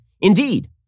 Indeed